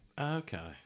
Okay